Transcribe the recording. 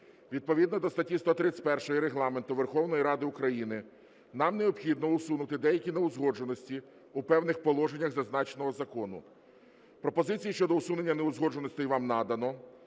Відповідно до статті 131 Регламенту Верховної Ради України нам необхідно усунути деякі неузгодженості в певних положеннях зазначеного закону. Пропозиції щодо усунення неузгодженостей вам надано,